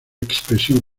expresión